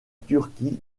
turquie